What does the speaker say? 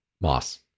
Moss